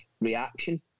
reaction